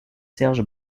serge